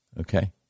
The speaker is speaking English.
okay